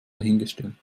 dahingestellt